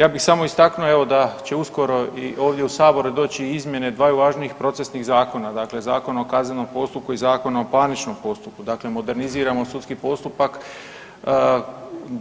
Ja bih samo istaknuo, evo da će uskoro i ovdje u Saboru doći i izmjene dvaju važnih procesnih zakona, dakle Zakona o kaznenom postupku i Zakona o parničnom postupku, dakle moderniziramo sudski postupak,